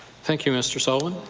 thank you, mr. sullivan.